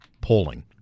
polling